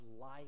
life